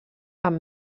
amb